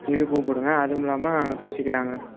நீங்களும் கூப்பிடுங்க அதுவும் இல்லாமல் பேசிக்கலாங்க